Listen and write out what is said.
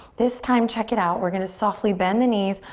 this time, check it out, we're gonna softly bend the knees.